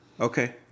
Okay